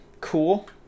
Cool